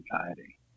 anxiety